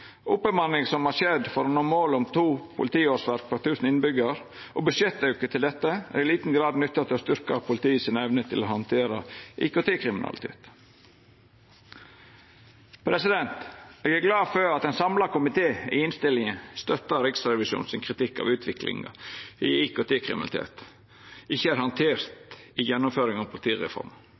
som har skjedd for å nå målet om to politiårsverk per tusen innbyggjarar, og budsjettauken til dette, er i liten grad nytta til å styrkja evna politiet har til å handtera IKT-kriminalitet. Eg er glad for at ein samla komité i innstillinga støttar Riksrevisjonens kritikk av at utviklinga i IKT-kriminalitet ikkje er handtert i gjennomføringa av politireforma.